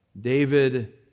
David